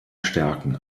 stärken